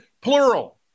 plural